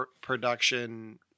production